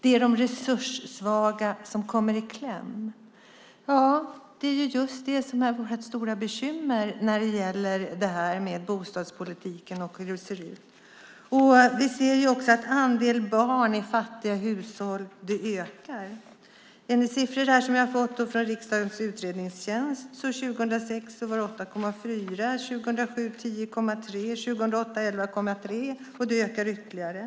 Det är de resurssvaga som kommer i kläm. Ja, det är just det som är vårt stora bekymmer när det gäller bostadspolitiken och hur det ser ut. Vi ser också att andelen barn i fattiga hushåll ökar. Enligt siffror som vi har fått från riksdagens utredningstjänst var det 8,4 år 2006, 10,3 år 2007 och 11,3 år 2008, och det ökar ytterligare.